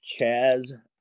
Chaz